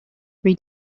three